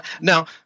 Now